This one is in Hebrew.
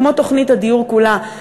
כמו תוכנית הדיור כולה,